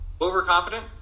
overconfident